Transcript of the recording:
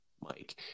Mike